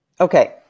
Okay